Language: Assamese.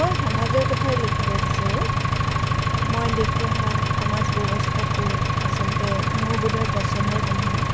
মই সমাজৰ কথাই লিখিব বিচাৰোঁ মই দেখি অহা সমাজ ব্যৱস্থাটো আচলতে মোৰ বোধহয় পচন্দৰ নহয়